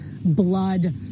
blood